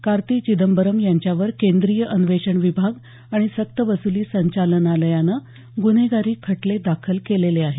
कार्ती चिदंबरम यांच्यावर केंद्रीय अन्वेषण विभाग आणि सक्त वसुली संचालनालयानं गुन्हेगारी खटले दाखल केलेले आहेत